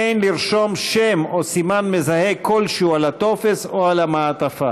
אין לרשום שם או סימן מזהה כלשהו על הטופס או על המעטפה,